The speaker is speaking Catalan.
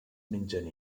mengen